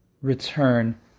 return